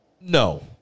no